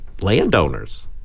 landowners